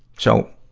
so,